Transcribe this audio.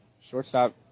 Shortstop